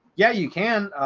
yeah, you can.